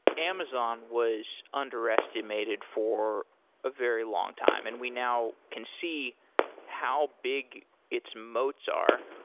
amazon was underestimated for a very long time and we now can see how big its motes are.